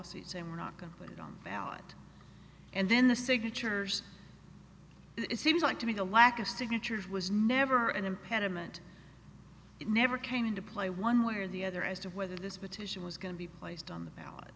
suit saying we're not going to put it on the ballot and then the signatures it seems like to me the lack of signatures was never an impediment it never came into play one way or the other as to whether this petition was going to be placed on the ballot